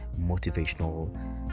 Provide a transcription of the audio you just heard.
motivational